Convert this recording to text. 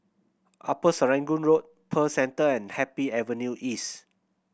Upper Serangoon Road Pearl Centre and Happy Avenue East